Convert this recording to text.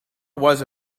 was